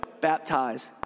baptize